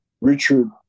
Richard